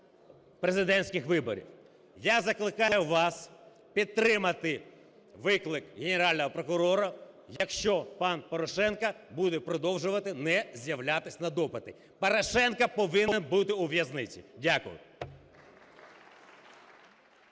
президентських виборів. Я закликаю вас підтримати виклик Генерального прокурора, якщо пан Порошенко буде продовжувати не з'являтися на допити. Порошенко повинен бути у в'язниці. Дякую.